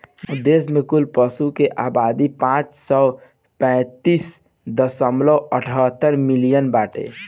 देश में कुल पशु के आबादी पाँच सौ पैंतीस दशमलव अठहत्तर मिलियन बाटे